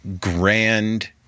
grand